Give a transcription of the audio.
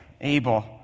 Abel